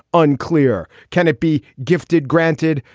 unclear. can it be gifted, granted,